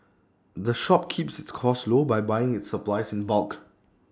the shop keeps its costs low by buying its supplies in bulk